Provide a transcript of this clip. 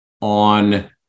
on